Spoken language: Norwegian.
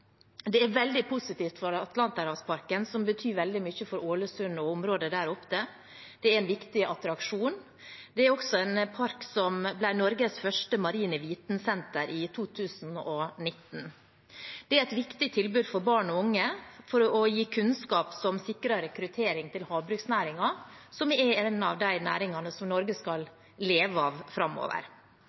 Det er veldig positivt for Atlanterhavsparken, som betyr veldig mye for Ålesund og området der oppe. Det er en viktig attraksjon. Det er også en park som ble Norges første marine vitensenter i 2019. Det er et viktig tilbud for barn og unge for å gi kunnskap som sikrer rekruttering til havbruksnæringen, som er en av de næringene som Norge skal leve av framover.